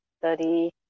study